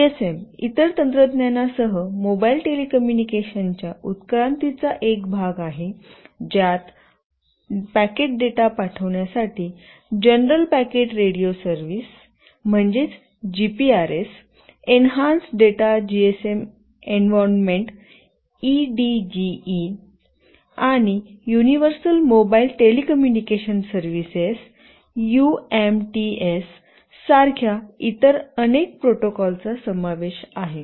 GSM इतर तंत्रज्ञानासह mobile टेलिकम्युनिकेशनच्या उत्क्रांतीचा एक भाग आहे ज्यात पॅकेट डेटा पाठविण्यासाठी general packet radio service GPRS General Packet Radio Service that enhanced data GSM environment EDGE Enhanced Data GSM Environment आणि universal mobile telecommunication services UMTS Universal Mobile Telecommunication Service सारख्या इतर अनेक प्रोटोकॉलचा समावेश आहे